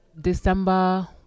December